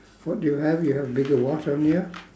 what do you have you have bigger what on you